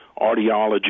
audiology